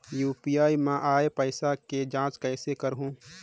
UPI मा आय पइसा के जांच कइसे करहूं?